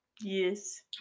Yes